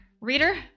Reader